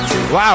Wow